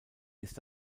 ist